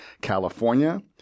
California